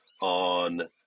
on